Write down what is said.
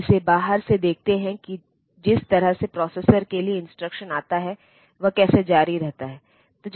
ये 246 पैटर्न केवल 74 इंस्ट्रक्शंस का प्रतिनिधित्व करते हैं